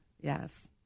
Yes